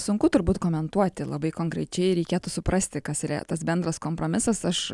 sunku turbūt komentuoti labai konkrečiai reikėtų suprasti kas yra tas bendras kompromisas aš